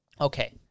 Okay